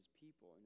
people